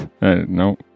No